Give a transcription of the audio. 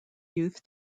youth